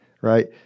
right